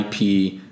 IP